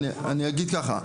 אני אגיד ככה,